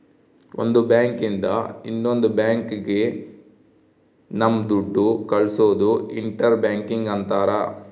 ಒಂದ್ ಬ್ಯಾಂಕ್ ಇಂದ ಇನ್ನೊಂದ್ ಬ್ಯಾಂಕ್ ಗೆ ನಮ್ ದುಡ್ಡು ಕಳ್ಸೋದು ಇಂಟರ್ ಬ್ಯಾಂಕಿಂಗ್ ಅಂತಾರ